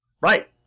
Right